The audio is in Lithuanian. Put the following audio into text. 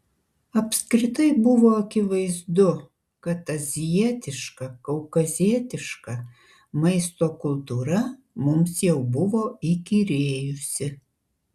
apskritai buvo akivaizdu kad azijietiška kaukazietiška maisto kultūra mums jau buvo įkyrėjusi